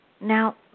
Now